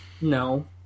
No